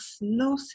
no